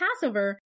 Passover